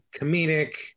comedic